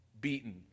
beaten